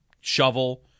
shovel